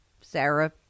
Sarah